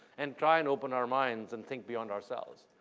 and try and open our minds and think beyond ourselves.